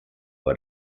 war